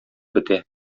бетә